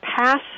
pass